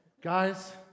Guys